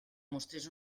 mostrés